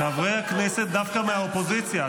חברי הכנסת דווקא מהאופוזיציה,